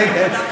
לגמרי.